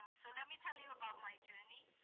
so let me tell you about my journey,